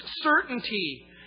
certainty